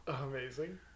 Amazing